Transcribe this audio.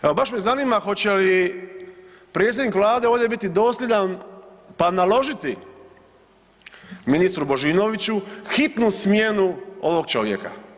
Evo baš me zanima hoće li predsjednik Vlade ovdje biti dosljedan pa naložiti ministru Božinoviću hitnu smjenu ovog čovjeka.